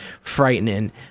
frightening